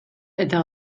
eta